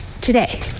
today